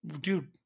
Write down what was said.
Dude